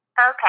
Okay